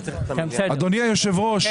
אדוני היושב ראש,